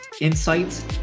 insights